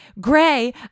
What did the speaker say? Gray